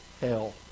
hell